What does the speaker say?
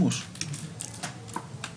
פה בית משפט יכול לא לחלט מנימוקים